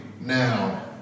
now